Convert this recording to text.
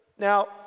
Now